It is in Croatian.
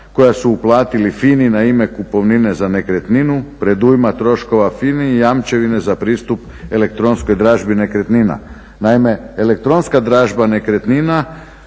koja su uplatili FINA-i na ime kupovnine za nekretninu, predujma troškova FINA-i i jamčevine za pristup elektronskoj dražbi nekretnina. Naime, elektronska dražba nekretnina